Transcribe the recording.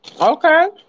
Okay